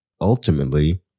ultimately